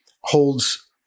holds